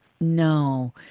no